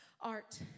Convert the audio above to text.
art